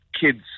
kids